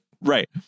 right